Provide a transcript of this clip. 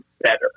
better